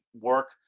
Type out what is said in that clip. work